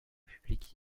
publics